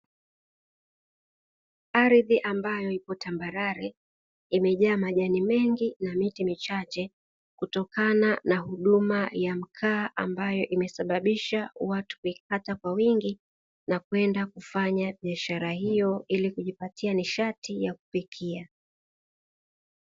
Ardhi ambayo ipo tambarare imejaa majani mengi na miti michache kutokana na huduma ya mkaa, ambayo imesabisha watu kuikata kwa wingi na kwenda kufanya biashara hiyo ili kujipatia nishati ya kupikia.